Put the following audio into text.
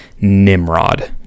Nimrod